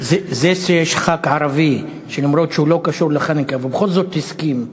זה שיש ח"כ ערבי שלמרות שהוא לא קשור לחנוכה בכל זאת הסכים,